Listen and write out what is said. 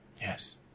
Yes